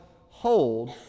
hold